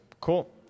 Cool